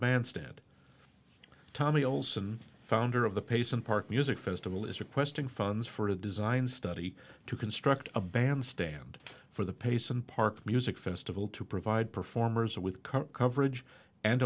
bandstand tommy olson founder of the pace and park music festival is requesting funds for a design study to construct a bandstand for the pace and park music festival to provide performers with current coverage and